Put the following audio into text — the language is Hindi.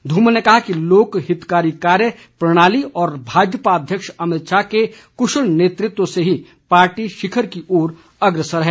धूमल ने कहा कि लोकहितकारी कार्य प्रणाली और भाजपा अध्यक्ष अमित शाह के कुशल नेतृत्व से ही पार्टी शिखर की ओर अग्रसर है